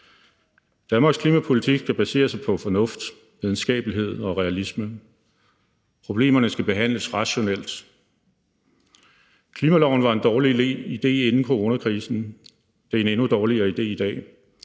Danmarks klimapolitik skal basere sig på fornuft, videnskabelighed og på realisme. Problemerne skal behandles rationelt. Klimaloven var en dårlig idé inden coronakrisen, den er en endnu dårligere idé i dag.